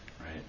Right